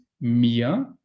mir